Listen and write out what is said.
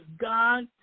God